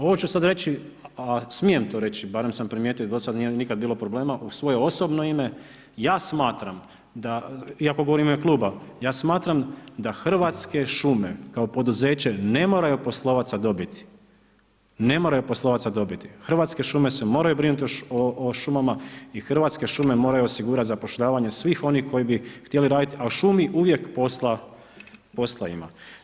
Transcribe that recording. Ovo ću sada reći, a smijem to reći, barem sam primijetio do sada nikada nije bilo problema, u svoje osobno ime, ja smatram da, iako govorim u ime Kluba, ja smatram da Hrvatske šume kao poduzeće ne moraju poslovati sa dobiti, ne moraju poslovati sa dobiti, Hrvatske šume se moraju brinuti o šumama i Hrvatske šume moraju osigurati zapošljavanje svih onih koji bi trebali raditi a u šumi uvijek posla ima.